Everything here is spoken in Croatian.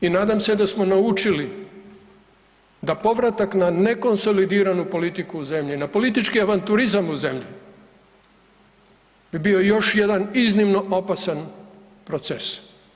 I nadam se da smo naučili da povratak na nekonsolidiranu politiku u zemlju, na politički avanturizam u zemlji bi bio još jedan iznimno opasan proces.